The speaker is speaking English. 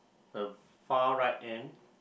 the far right end